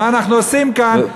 מה אנחנו עושים כאן,